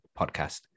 Podcast